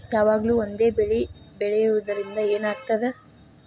ಯಾವಾಗ್ಲೂ ಒಂದೇ ಬೆಳಿ ಬೆಳೆಯುವುದರಿಂದ ಏನ್ ಆಗ್ತದ?